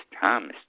Thomas